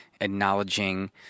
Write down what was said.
acknowledging